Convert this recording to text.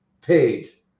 page